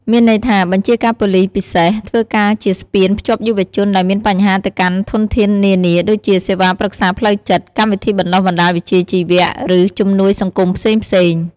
មានន័យថា បញ្ជាការប៉ូលិសពិសេសធ្វើការជាស្ពានភ្ជាប់យុវជនដែលមានបញ្ហាទៅកាន់ធនធាននានា ដូចជាសេវាប្រឹក្សាផ្លូវចិត្ត កម្មវិធីបណ្តុះបណ្តាលវិជ្ជាជីវៈ ឬជំនួយសង្គមផ្សេងៗ។